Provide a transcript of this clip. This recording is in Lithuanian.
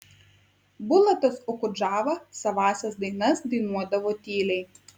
bulatas okudžava savąsias dainas dainuodavo tyliai